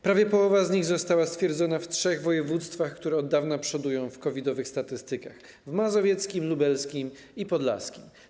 Prawie połowa z nich została stwierdzona w trzech województwach, które od dawna przodują w COVID-owych statystykach, w województwach: mazowieckim, lubelskim i podlaskim.